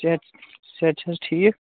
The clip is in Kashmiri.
صحت صحت چھِو حظ ٹھیٖک